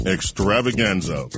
Extravaganza